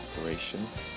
operations